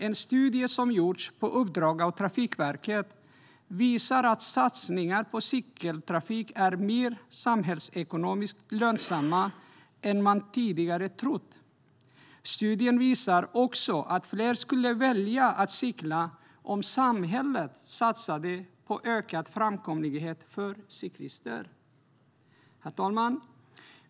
En studie som gjorts på uppdrag av Trafikverket visar att satsningar på cykeltrafik är mer samhällsekonomiskt lönsamma än man tidigare trott. Studien visar också att fler skulle välja att cykla om samhället satsade på ökad framkomlighet för cyklister. Herr talman!